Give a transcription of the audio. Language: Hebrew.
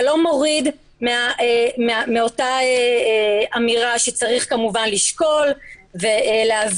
זה לא מוריד מאותה אמירה שצריך כמובן לשקול ולהביא